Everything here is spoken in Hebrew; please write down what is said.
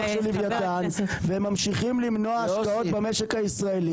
של לווייתן והם ממשיכים למנוע השקעות במשק הישראלי.